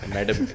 Madam।